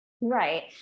Right